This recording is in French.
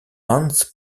hans